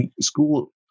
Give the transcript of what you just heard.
school